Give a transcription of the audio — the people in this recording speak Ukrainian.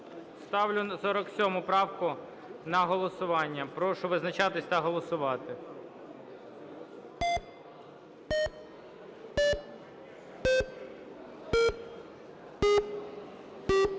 Ставлю 47 правку на голосування. Прошу визначатися та голосувати.